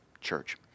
church